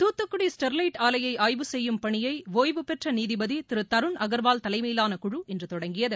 Thoothukudi Sterlite ஆலையை ஆய்வு செய்யும் பணியை ஒய்வு பெற்ற நீதிபதி திரு தருண் அகர்வால் தலைமையிலான குழு இன்று தொடங்கியது